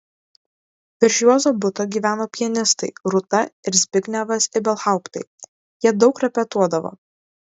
virš juozo buto gyveno pianistai rūta ir zbignevas ibelhauptai jie daug repetuodavo